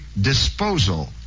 disposal